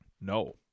No